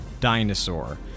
Dinosaur